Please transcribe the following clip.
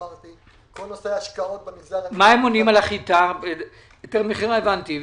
לכל נושא ההשקעות במגזר --- היתר מכירה הבנתי.